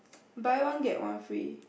buy one get one free